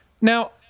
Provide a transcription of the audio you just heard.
Now